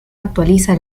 actualiza